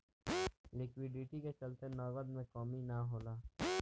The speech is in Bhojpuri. लिक्विडिटी के चलते नगद के कमी ना होला